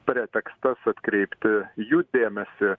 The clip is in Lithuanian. pretekstas atkreipti jų dėmesį